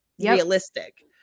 realistic